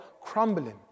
crumbling